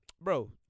bro